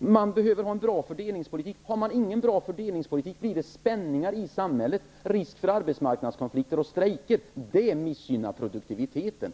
Man behöver en bra fördelningspolitik. Har man ingen bra fördelningspolitik blir det spänningar i samhället, risk för arbetsmarknadskonflikter och strejker. Det missgynnar produktiviteten.